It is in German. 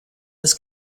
des